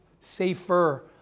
safer